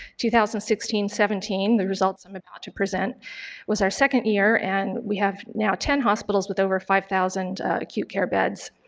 two thousand and sixteen seventeen, the results i'm about to present was our second year and we have now ten hospitals with over five thousand acute care beds.